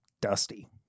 dusty